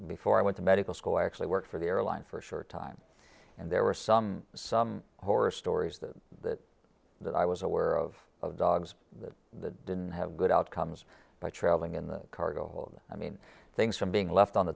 before i went to medical school actually worked for the airline for a short time and there were some some horror stories that that that i was aware of of dogs that didn't have good outcomes by traveling in the cargo hold i mean things from being left on the